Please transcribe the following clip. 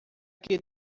que